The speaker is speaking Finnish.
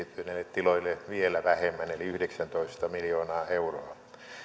tiloille vielä vähemmän eli yhdeksäntoista miljoonaa euroa